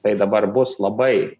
tai dabar bus labai